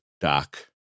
Doc